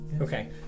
Okay